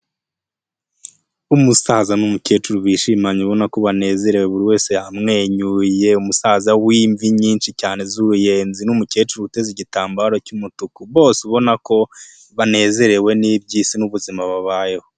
Umusaza n'umukecuru bishimanye ubona ko banezerewe buri wese yamwenyuye, umusaza w'imvi nyinshi cyane z'uruyenzi n'umukecuru uteze igitambaro cy'umutuku bose ubona ko banezerewe n'iby'isi n'ubuzima babayeho.